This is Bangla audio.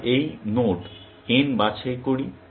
আমরা এই নোড n বাছাই করি